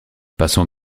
passons